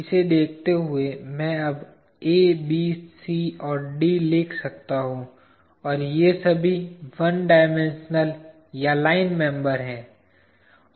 इसे देखते हुए मैं अब A B C D और E लिख सकता हूं और ये सभी 1 डायमेंशनल या लाइन मेंबर हैं